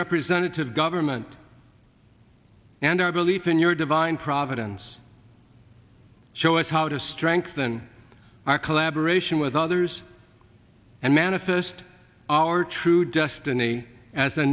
representative government and our belief in your divine providence show us how to strengthen our collaboration with others and manifest our true destiny as a